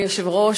אדוני היושב-ראש,